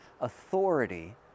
authority